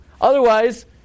Otherwise